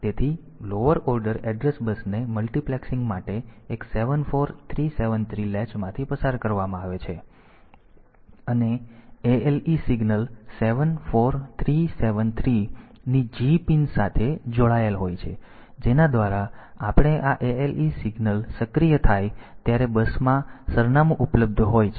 તેથી lower order address બસને multiplexing માટે એક 74373 લૅચ માંથી પસાર કરવામાં આવે છે અને ALE સિગ્નલ 7 4 3 7 3 ની g પિન સાથે જોડાયેલ છે જેના દ્વારા આપણે આ ALE સિગ્નલ સક્રિય થાય ત્યારે બસમાં સરનામું ઉપલબ્ધ હોય છે